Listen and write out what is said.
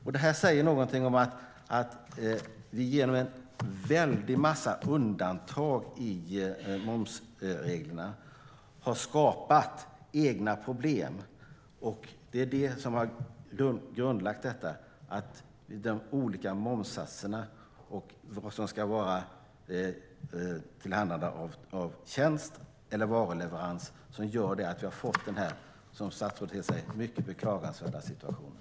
Det säger någonting om att vi genom en massa undantag i momsreglerna har skapat egna problem. Det är det som har grundlagt detta. De olika momssatserna och frågan om vad som ska vara tillhandahållande av tjänst eller varuleverans gör att vi har fått den här, som statsrådet säger, mycket beklagansvärda situationen.